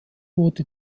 wurde